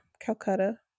calcutta